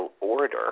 order